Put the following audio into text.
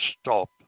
stop